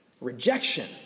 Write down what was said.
rejection